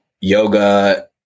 Yoga